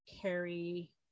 carry